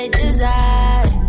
desire